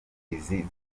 izi